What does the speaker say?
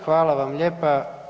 Hvala vam lijepa.